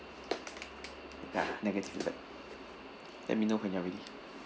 ya negative let me know when you're ready